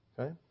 Okay